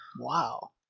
Wow